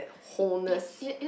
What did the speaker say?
wholeness